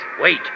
Wait